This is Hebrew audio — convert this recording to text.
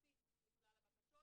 מחצית מכלל הבקשות,